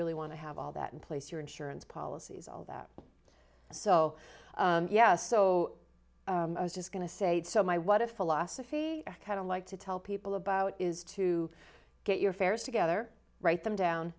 really want to have all that in place your insurance policies all that so yes so i was just going to say so my what a philosophy i kind of like to tell people about is to get your fares together write them down